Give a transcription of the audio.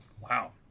wow